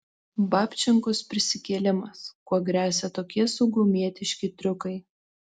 babčenkos prisikėlimas kuo gresia tokie saugumietiški triukai